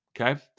Okay